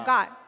God